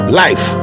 life